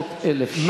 600,000 שקל פיתוח.